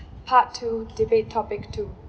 part two debate topic two